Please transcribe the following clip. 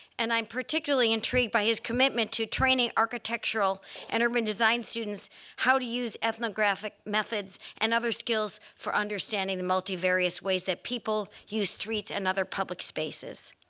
and i'm particularly intrigued by his commitment to training architectural and urban design students how to use ethnographic methods and other skills for understanding the multivarious ways that people use streets and other public spaces.